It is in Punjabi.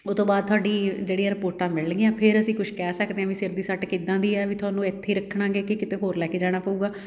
ਉਹ ਤੋਂ ਬਾਅਦ ਤੁਹਾਡੀ ਜਿਹੜੀ ਰਿਪੋਰਟਾਂ ਮਿਲਣਗੀਆਂ ਫਿਰ ਅਸੀਂ ਕੁਛ ਕਹਿ ਸਕਦੇ ਹਾਂ ਵੀ ਸਿਰ ਦੀ ਸੱਟ ਕਿੱਦਾਂ ਦੀ ਹੈ ਵੀ ਤੁਹਾਨੂੰ ਇੱਥੇ ਰੱਖਾਂਗੇ ਕਿ ਕਿਤੇ ਹੋਰ ਲੈ ਕੇ ਜਾਣਾ ਪਊਗਾ